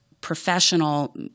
professional